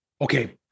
Okay